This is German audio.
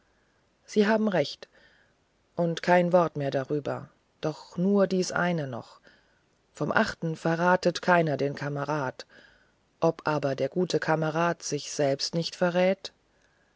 sie haben recht und kein wort mehr darüber doch nur dies eine noch vom achten verratet keiner den kameraden ob aber der gute kamerad sich selber nicht verrät